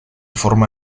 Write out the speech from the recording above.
forma